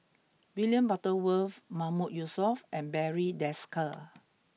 William Butterworth Mahmood Yusof and Barry Desker